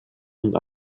und